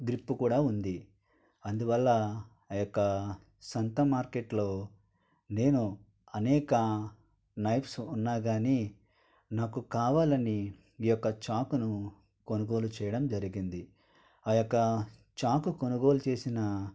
grip కూడా ఉంది అందువల్ల ఆ యొక్క సంత మార్కెట్ లో నేను అనేక నైఫ్స్ ఉన్నా గాని నాకు కావాలని ఈ యొక్క చాకును కొనుగోలు చేయడం జరిగింది ఆ యొక్క చాకు కొనుగోలు చేసిన